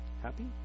happy